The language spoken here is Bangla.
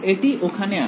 এটি ওখানে আছে